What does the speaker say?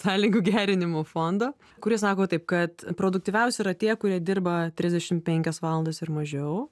sąlygų gerinimo fondo kuris sako taip kad produktyviausi yra tie kurie dirba trisdešim penkias valandas ir mažiau